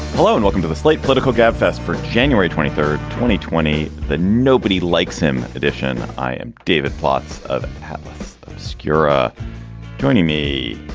hello and welcome to the slate political gabfest for january twenty third, twenty twenty that nobody likes him, ed. i am david plotz of atlas obscura joining me,